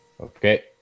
Okay